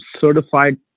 certified